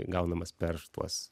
gaunamas per tuos